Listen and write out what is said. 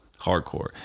Hardcore